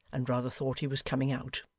and rather thought he was coming out.